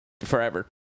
forever